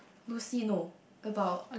Lucy no about